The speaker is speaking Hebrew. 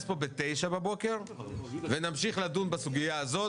פה ב-9:00 בבוקר ונמשיך לדון בסוגיה הזאת.